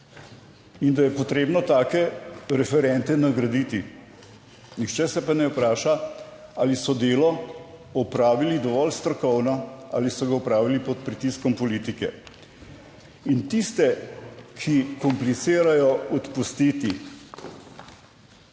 in da je potrebno take referente nagraditi. Nihče se pa ne vpraša, ali so delo opravili dovolj strokovno ali so ga opravili pod pritiskom politike in tiste, ki komplicirajo odpustiti.